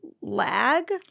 lag